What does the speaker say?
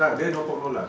tak dia no pork no lard